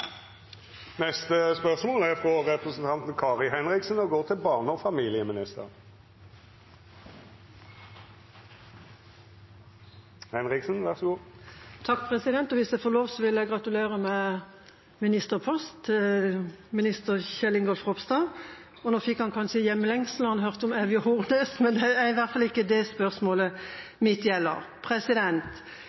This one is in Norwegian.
Hvis jeg får lov, vil jeg gratulere med ministerpost – minister Kjell Ingolf Ropstad. Nå fikk han kanskje hjemlengsel når han hørte om Evje og Hornnes, men det er ikke det spørsmålet mitt gjelder: